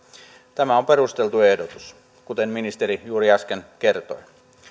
tämä on perusteltu ehdotus kuten ministeri juuri äsken kertoi